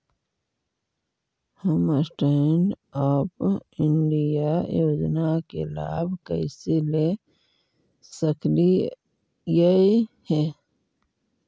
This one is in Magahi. हम स्टैन्ड अप इंडिया योजना के लाभ कइसे ले सकलिअई हे